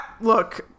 Look